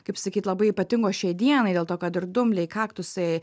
kaip sakyt labai ypatingo šiai dienai dėl to kad ir dumbliai kaktusai